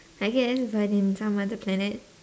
I guess but in some other planet